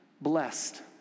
Blessed